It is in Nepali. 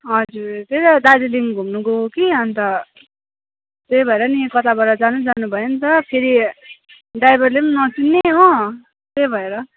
हजुर त्यही त दार्जिलिङ घुम्नु गएको कि अन्त त्यही भएर नि कताबाट जानु जानु भयो नि त फेरि ड्राइभरले पनि नचिन्ने हो त्यही भएर